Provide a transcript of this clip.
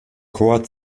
chor